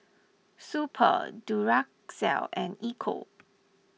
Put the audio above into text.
Super Duracell and Ecco